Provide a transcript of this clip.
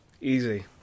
Easy